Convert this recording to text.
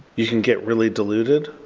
you can get really diluted,